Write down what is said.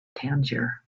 tangier